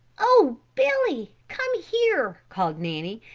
oh, billy, come here! called nanny,